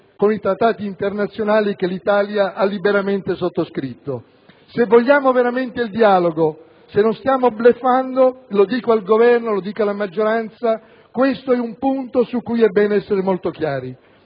con i Trattati internazionali che l'Italia ha liberamente sottoscritto. Se vogliamo veramente il dialogo, se non stiamo bluffando, lo dico al Governo ed alla maggioranza, questo è un punto su cui è bene essere molto chiari.